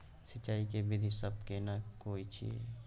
सिंचाई के विधी सब केना कोन छिये?